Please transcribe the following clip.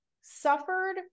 suffered